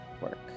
work